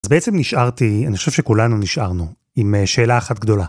אז בעצם נשארתי, אני חושב שכולנו נשארנו עם שאלה אחת גדולה.